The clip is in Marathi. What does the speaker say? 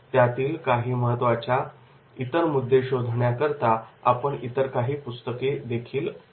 यातील काही महत्त्वाच्या इतर मुद्दे शोधण्याकरीता आपण इतर काही पुस्तके देखील पाहू शकतो